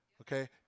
Okay